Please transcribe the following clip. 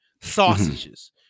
sausages